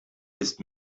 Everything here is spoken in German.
ist